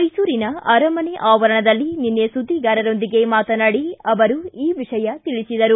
ಮೈಸೂರಿನ ಅರಮನೆ ಆವರಣದಲ್ಲಿ ನಿನ್ನೆ ಸುದ್ವಿಗಾರರೊಂದಿಗೆ ಮಾತನಾಡಿ ಅವರು ಈ ವಿಷಯ ತಿಳಿಸಿದರು